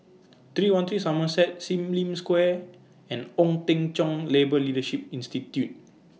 three one three Somerset SIM Lim Square and Ong Teng Cheong Labour Leadership Institute